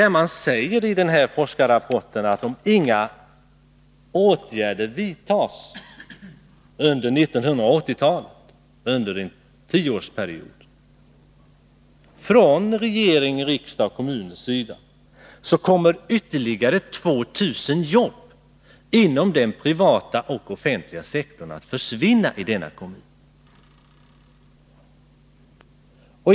I forskarrapporten säger man att om inga åtgärder vidtas under 1980-talet, under en tioårsperiod, från regeringens, riksdagens och kommunens sida, kommer ytterligare 2 000 jobb inom den privata och inom den offentliga sektorn att försvinna i kommunen.